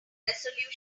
resolution